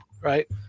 right